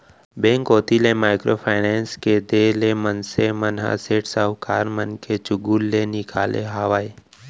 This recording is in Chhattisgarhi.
बेंक कोती ले माइक्रो फायनेस के देय ले मनसे मन ह सेठ साहूकार मन के चुगूल ले निकाले हावय